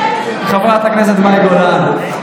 חברת הכנסת מאי גולן.